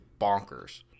bonkers